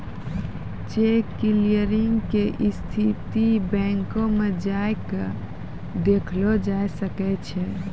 cheque clearing के स्थिति बैंको मे जाय के देखलो जाय सकै छै